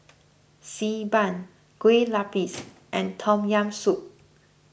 Xi Ban Kue Lupis and Tom Yam Soup